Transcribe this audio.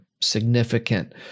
significant